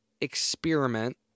experiment